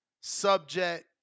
subject